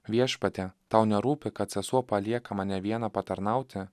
viešpatie tau nerūpi kad sesuo palieka mane vieną patarnauti